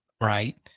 right